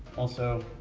also,